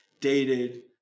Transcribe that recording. dated